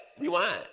Rewind